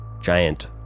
giant